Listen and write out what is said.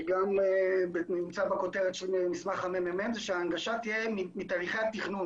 שגם נמצא בכותרת של מסמך הממ"מ הוא שההנגשה תהיה מתהליכי התכנון